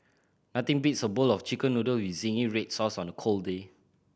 nothing beats a bowl of Chicken Noodle with zingy red sauce on a cold day